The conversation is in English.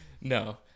No